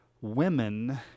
women